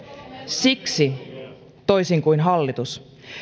siksi toisin kuin hallitus